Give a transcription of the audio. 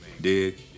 Dig